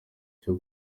cyo